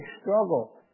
struggle